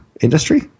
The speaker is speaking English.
industry